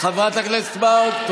חברת הכנסת מאי גולן, שאלה נוספת.